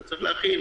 אתה צריך להכין